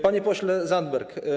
Panie Pośle Zandberg!